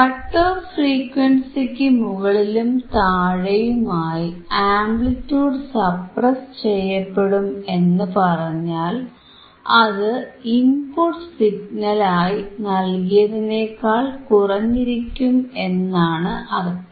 cut off ഫ്രീക്വൻസിക്കു മുകളിലും താഴെയുമായി ആംപ്ലിറ്റിയൂഡ് സപ്രസ്സ് ചെയ്യപ്പെടും എന്നു പറഞ്ഞാൽ അത് ഇൻപുട്ട് സിഗ്നൽ ആയി നൽകിയതിനേക്കാൾ കുറഞ്ഞിരിക്കും എന്നാണ് അർത്ഥം